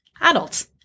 adults